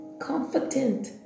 confident